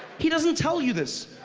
he doesn't tell you this.